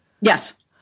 Yes